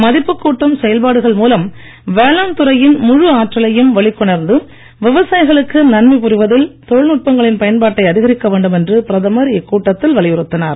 மதிப்புக் கூட்டும் செயல்பாடுகள் மூலம் வேளாண் துறையின் முழு ஆற்றலையும் வெளிக் கொணர்ந்து விவசாயிகளுக்கு நன்மை புரிவதில் தொழில் நுட்பங்களின் பயன்பாட்டை அதிகரிக்க வேண்டுமென்று பிரதமர் இக்கூட்டத்தில் வலியுறுத்தினார்